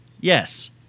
Yes